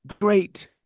great